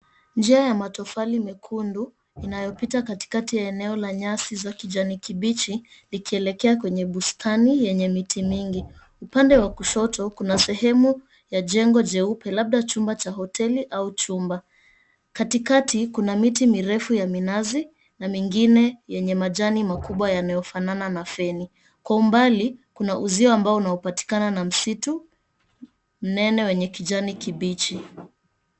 Njia ya matofali mekundu inayopita katikati ya eneo la nyasi za kijani kibichi likielekea kwenye bustani yenye miti mingi. Upande wa kushoto kuna sehemu ya jengo jeupe, labda chumba cha hoteli au chumba. Katikati kuna miti mirefu ya minazi na mingine yenye majani makubwa yanayofanana na feni. Kwa umbali kuna uzio ambao unaopatikana na msitu mnene wenye kijani kibichi.